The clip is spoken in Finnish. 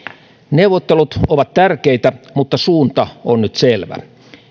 neuvottelut ovat tärkeitä mutta suunta on nyt selvä